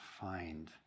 find